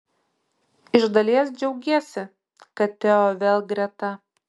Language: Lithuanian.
iš dalies džiaugiesi kad teo vėl greta